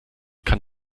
kann